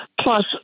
plus